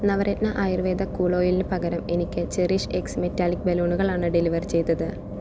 Navratna Ayurveda cool ഓയിലിന് പകരം എനിക്ക് ചെറിഷ് എക്സ് മെറ്റാലിക് ബലൂണുകൾ ആണ് ഡെലിവർ ചെയ്തത്